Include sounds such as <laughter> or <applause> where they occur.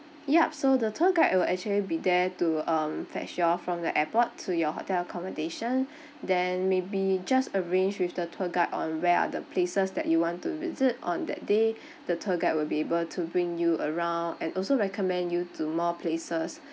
yup so the tour guide will actually be there to um fetch you all from the airport to your hotel accommodation <breath> then maybe just arrange with the tour guide on where are the places that you want to visit on that day the tour guide will be able to bring you around and also recommend you to more places